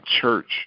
church